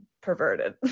perverted